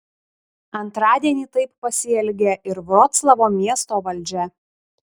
antradienį taip pasielgė ir vroclavo miesto valdžia